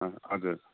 हजुर